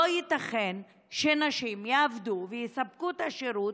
לא ייתכן שנשים יעבדו ויספקו את השירות,